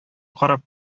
карап